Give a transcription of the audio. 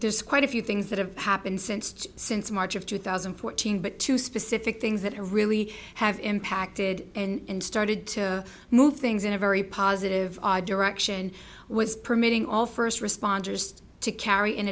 this quite a few things that have happened since since march of two thousand and fourteen but two specific things that really have impacted and started to move things in a very positive direction was permitting all first responders to carry in